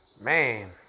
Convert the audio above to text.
man